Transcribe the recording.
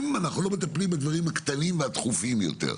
אנחנו לא מטפלים בדברים הקטנים והדחופים יותר.